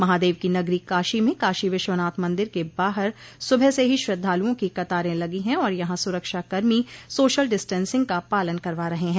महादेव की नगरी काशी में काशी विश्वनाथ मंदिर के बाहर सुबह से ही श्रद्धालुओं की कतारें लगी है और यहां सुरक्षा कर्मी सोशल डिस्टेंसिंग का पालन करवा रहे हैं